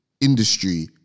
industry